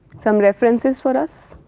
some references for us.